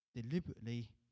deliberately